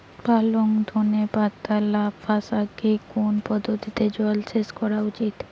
পালং ধনে পাতা লাফা শাকে কোন পদ্ধতিতে জল সেচ করা উচিৎ?